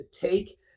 take